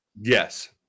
Yes